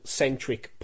centric